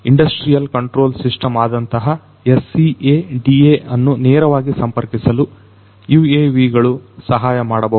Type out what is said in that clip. industrial control system ಆದಂತಹ SCADAಅನ್ನು ನೇರವಾಗಿ ಸಂಪರ್ಕಿಸಲು UAVಗಳು ಸಹಾಯ ಮಾಡಬಹುದು